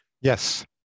yes